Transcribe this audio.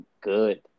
good